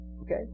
Okay